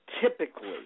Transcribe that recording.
typically